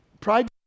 Pride